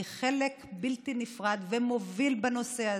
אני חלק בלתי נפרד ומוביל בנושא הזה,